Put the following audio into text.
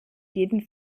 jeden